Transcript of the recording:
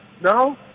No